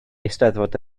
eisteddfod